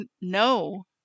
no